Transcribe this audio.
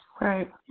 right